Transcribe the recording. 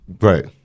Right